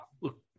look